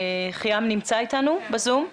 אנחנו